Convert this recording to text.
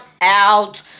out